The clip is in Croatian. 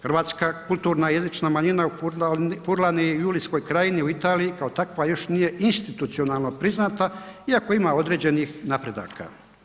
Hrvatska kulturna jezična manjina Furlani i u Julijskoj krajini u Italiji kao takva još nije institucionalno priznata iako ima određenih napredaka.